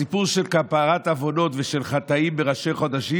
הסיפור של כפרת עוונות ושל חטאים בראשי חודשים